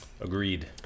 Agreed